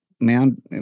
man